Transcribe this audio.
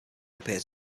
appear